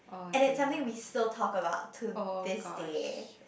and it's something we still talk about to this day